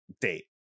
date